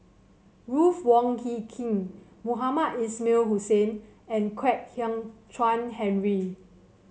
Ruth Wong Hie King Mohamed Ismail Hussain and Kwek Hian Chuan Henry